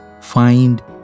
find